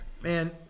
Man